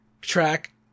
track